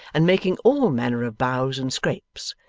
and making all manner of bows and scrapes,